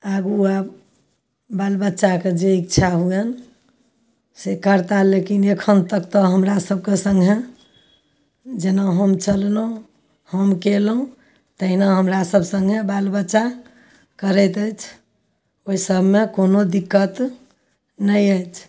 आगू आब बाल बच्चाके जे इच्छा होनि से करताह लेकिन एखन तक तऽ हमरा सबके सङ्गे जेना चललहुॅं केलहुॅं तहिना हमरा सब सङ्गे बाल बच्चा करैत अछि ओहिसबमे कोनो दिक्कत नहि अछि